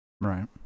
right